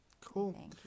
Cool